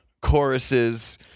choruses